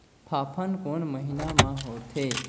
फाफण कोन महीना म होथे?